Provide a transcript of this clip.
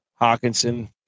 Hawkinson